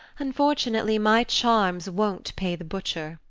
unfortunately my charms won't pay the butcher.